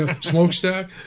Smokestack